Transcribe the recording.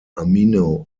amino